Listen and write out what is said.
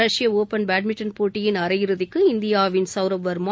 ரஷ்ய open badminton போட்டியின் அரையிறுதிக்கு இந்தியாவின் சௌரவ் வர்மா